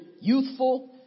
youthful